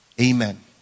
Amen